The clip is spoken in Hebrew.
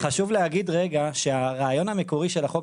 חשוב להגיד שהרעיון המקורי של החוק